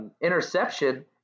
interception